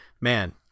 man